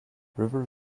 river